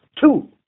Two